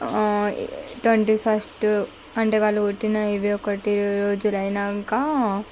twenty first అంటే వాళ్ళు పుట్టిన ఇరవై ఒక్కటి ఇరవై రోజులైనాకా